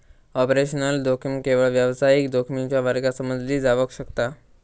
operational जोखीम केवळ व्यावसायिक जोखमीच्या वर्गात समजली जावक शकता